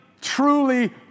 truly